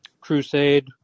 crusade